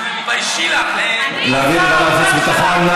להעביר לחוץ וביטחון.